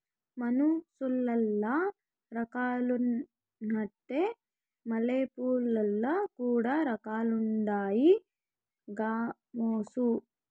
మనుసులల్ల రకాలున్నట్లే మల్లెపూలల్ల కూడా రకాలుండాయి గామోసు